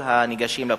מכלל הניגשים לבחינה.